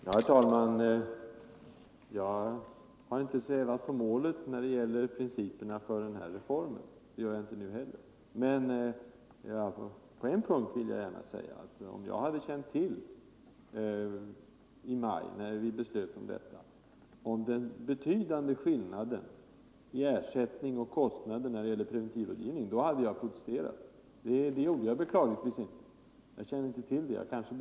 Herr talman! Jag har inte svävat på målet när det gäller principerna för den här reformen, och det gör jag inte nu heller. Men jag vill gärna säga att om jag i maj månad, när vi fattade detta beslut, hade känt till dessa betydande skillnader mellan ersättning och kostnader när det gäller preventivrådgivning, då hade jag protesterat. Det gjorde jag beklagligtvis inte, eftersom jag inte kände till den sidan av saken.